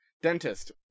dentist